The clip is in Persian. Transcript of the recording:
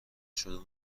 شروع